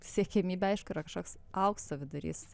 siekiamybė aišku yra kažkoks aukso vidurys